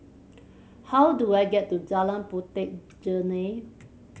how do I get to Jalan Puteh Jerneh